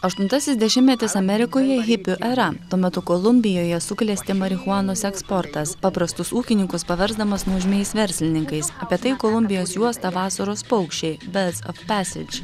aštuntasis dešimtmetis amerikoje hipių era tuo metu kolumbijoje suklesti marihuanos eksportas paprastus ūkininkus paversdamas nuožmiais verslininkais apie tai kolumbijos juosta vasaros paukščiai biods of pesidž